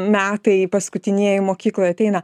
metai paskutinieji mokykloj ateina